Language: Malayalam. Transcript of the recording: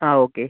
ആ ഓക്കെ